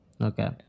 Okay